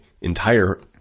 entire